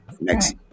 next